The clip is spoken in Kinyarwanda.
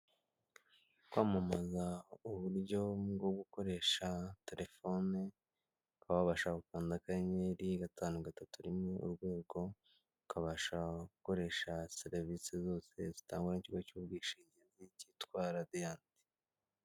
Kwamamaza uburyo bwo gukoresha telefone ukaba wabasha gukanda akayenyeri gatanu gatatu rimwe urwego, ukabasha gukoresha serivise zose zitangwa n'ikigo cy'ubwishingizi cyitwa radiyanti.